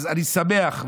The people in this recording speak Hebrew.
אני שמח,